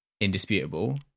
indisputable